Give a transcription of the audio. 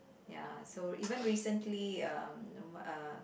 ya so even recently um uh